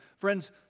friends